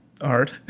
Art